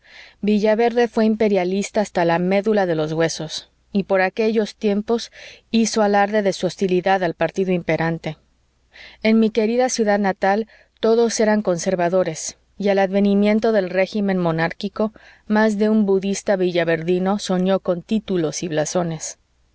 fiesta villaverde fué imperialista hasta la médula de los huesos y por aquellos tiempos hizo alarde de su hostilidad al partido imperante en mi querida ciudad natal todos eran conservadores y al advenimiento del régimen monárquico más de un budista villaverdino soñó con títulos y blasones